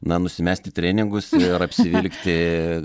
na nusimesti treningus ir apsivilkti